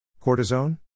Cortisone